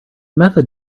method